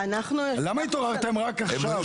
למה התעוררתם רק עכשיו?